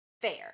fair